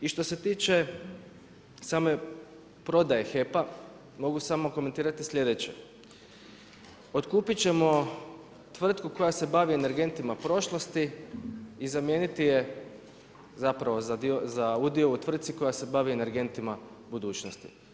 I što se tiče same prodaje HEP-a, mogu samo komentirati sljedeće, otkupiti ćemo tvrtku koja se bavi energentima prošlosti i zamijeniti je zapravo za udio u tvrtki koja se bavi energentima budućnost.